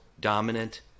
dominant